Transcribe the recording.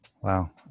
Wow